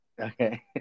Okay